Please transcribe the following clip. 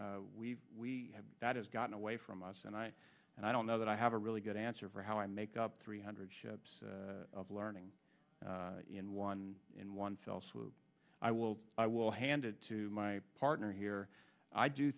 hundred we have that has gotten away from us and i and i don't know that i have a really good answer for how i make up three hundred ships of learning in one in one fell swoop i will i will hand it to my partner here i do